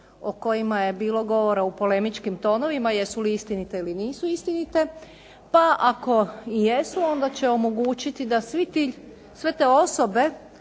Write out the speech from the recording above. o kojima je bilo govora u polemičkim tonovima, jesu li istinite ili nisu istinite. Pa ako i jesu onda će omogućiti da sve te osobe